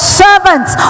servants